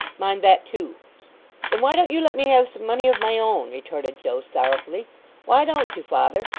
mind that too then why don't you let me have some money of my own retorted joe, sorrowfully why don't you, father?